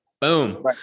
boom